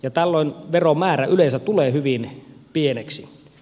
tällöin veron määrä yleensä tulee hyvin pieneksi